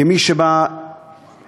כמי שבא מיישוב